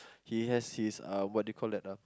he has his uh what do you call that ah